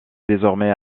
désormais